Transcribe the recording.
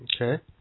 Okay